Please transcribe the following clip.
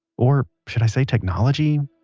or should i say technology?